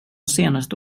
senaste